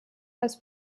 das